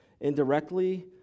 indirectly